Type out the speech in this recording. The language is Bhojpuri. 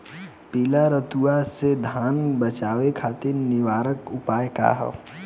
पीला रतुआ से धान बचावे खातिर निवारक उपाय का ह?